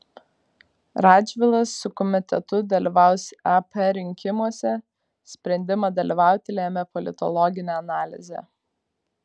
radžvilas su komitetu dalyvaus ep rinkimuose sprendimą dalyvauti lėmė politologinė analizė